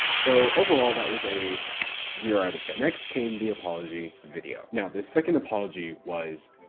so overall, that was a zero out of ten. next came the apology video. now, this second apology was.